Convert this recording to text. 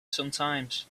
sometimes